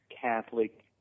Catholic